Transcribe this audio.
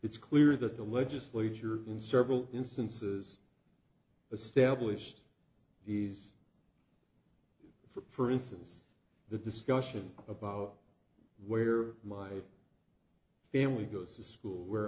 it's clear that the legislature in servile instances established these for instance the discussion about where my family goes to school where